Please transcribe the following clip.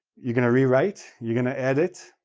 you're going to re-write, you're going to edit,